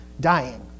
Dying